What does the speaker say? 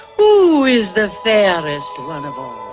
who is the fairest one of all?